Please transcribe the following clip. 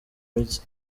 migi